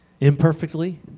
Imperfectly